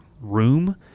room